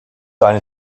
eine